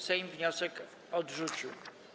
Sejm wniosek odrzucił.